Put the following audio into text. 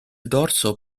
dorso